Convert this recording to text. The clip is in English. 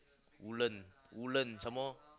Woodland Woodland some more